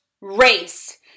race